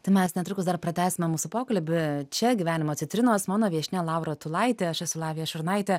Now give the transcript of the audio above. tai mes netrukus dar pratęsime mūsų pokalbį čia gyvenimo citrinos mano viešnia laura tulaitė aš esu lavija šurnaitė